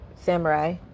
samurai